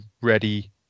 ready